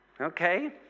Okay